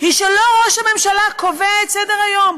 הוא שלא ראש הממשלה קובע את סדר-היום.